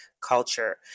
culture